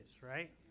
right